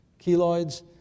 keloids